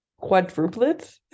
quadruplets